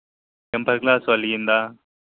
temper glass పగిలిందా